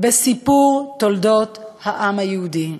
בסיפור תולדות העם היהודי.